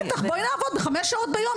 בטח, בואי לעבוד בחמש שעות ביום.